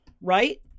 right